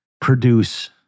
produce